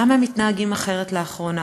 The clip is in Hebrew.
למה הם מתנהגים אחרת לאחרונה?